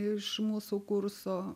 iš mūsų kurso